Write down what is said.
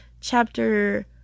chapter